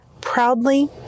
Proudly